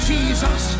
Jesus